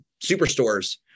superstores